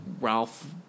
Ralph